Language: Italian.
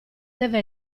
deve